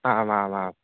आम् आम् आम्